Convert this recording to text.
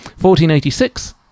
1486